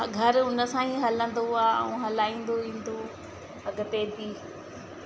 हा घर उनसां ई हलंदो आहे ऐं हलाईंदो ईंदो अॻिते बि